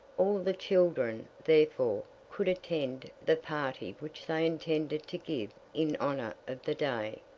all the children, therefore, could attend the party which they intended to give in honor of the day.